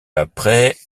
après